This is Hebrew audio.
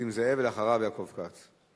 יעקב כץ.